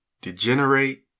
degenerate